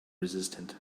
resistant